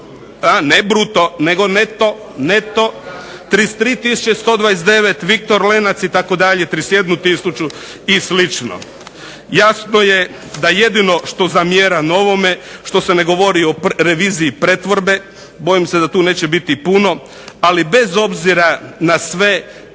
ne bruto nego neto, neto 33129, Viktor Lenac itd. 31000 i slično. Jasno je da jedino što zamjeram ovome što se ne govori o reviziji pretvorbe. Bojim se da tu neće biti puno. Ali bez obzira na sve